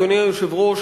אדוני היושב-ראש,